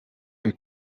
est